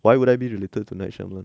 why would I be related to night shyamalan